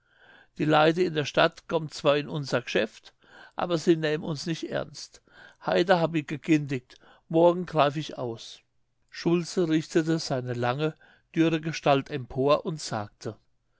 die leite in der stadt gomm zwar in unser geschäft aber se nähm uns nich ernst heite hab ich gegindigt morgen gneif ich aus schulze richtete seine lange dünne gestalt empor und sagte